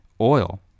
Oil